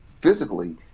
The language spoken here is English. physically